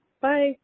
bye